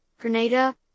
Grenada